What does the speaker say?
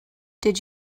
did